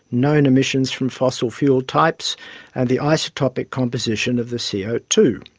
known emissions from fossil fuel types and the isotopic composition of the c o two.